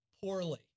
poorly